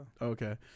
okay